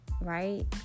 right